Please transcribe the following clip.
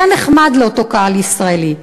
היה נחמד לאותו קהל ישראלי.